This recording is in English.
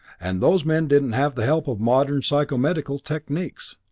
and those men didn't have the help of modern psychomedical techniques.